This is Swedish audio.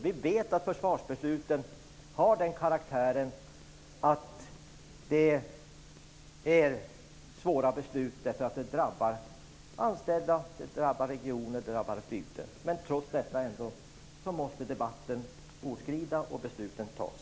Vi vet att försvarsbesluten har den karaktären. De är svåra beslut, eftersom de drabbar anställda, regioner och bygder. Trots detta måste debatten fortskrida och besluten fattas.